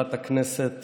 מזכירת הכנסת